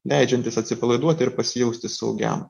leidžiantis atsipalaiduoti ir pasijausti saugiam